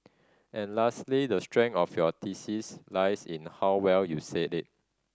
and lastly the strength of your thesis lies in how well you said it